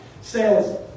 says